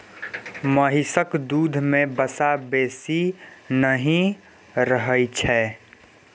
महिषक दूध में वसा बेसी नहि रहइ छै